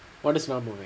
what is not moving